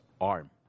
arm